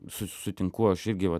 sus sutinku aš irgi vat